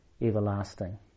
everlasting